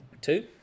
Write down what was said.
Two